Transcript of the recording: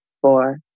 four